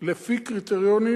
לפי קריטריונים.